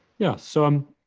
yeah, so um,